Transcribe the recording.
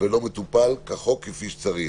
ולא מטופל כחוק, כפי שצריך.